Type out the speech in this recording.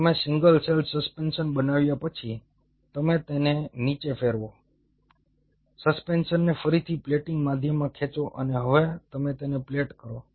તમે single cell suspension બનાવ્યા પછી તમે તેને નીચે ફેરવો સસ્પેન્શનને ફરીથી પ્લેટિંગ માધ્યમમાં ખેંચો અને હવે તમે તેમને પ્લેટ કરો